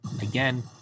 Again